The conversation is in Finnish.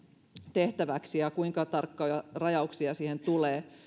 tehtäväksi ja kuinka tarkkoja rajauksia siihen tulee